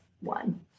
one